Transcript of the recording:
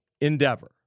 endeavor